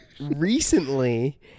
recently